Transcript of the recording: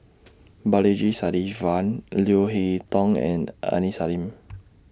Balaji Sadasivan Leo Hee Tong and Aini Salim